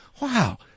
wow